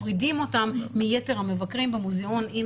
מפרידים אותם מיתר המבקרים במוזיאון אם